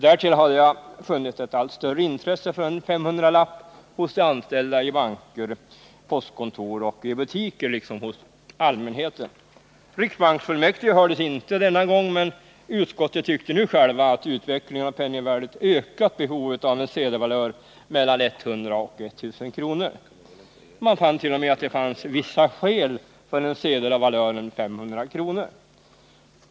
Därtill hade jag funnit ett allt större intresse för en 500-lapp hos de anställda i banker, på postkontor och i butiker liksom hos allmänheten. Riksbanksfullmäktige hördes inte denna gång, men utskottet tyckte nu självt att utvecklingen av penningvärdet ökat behovet av en sedelvalör mellan 100 och 1000 kr. Man fann t.o.m. att det förelåg vissa skäl för en sedel med valören 500 kr.